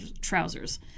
trousers